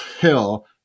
hill